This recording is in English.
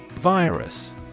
Virus